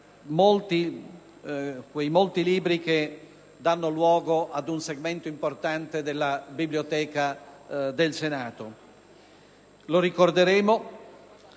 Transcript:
poco fa, e che danno luogo ad un segmento importante della biblioteca del Senato. Lo ricorderemo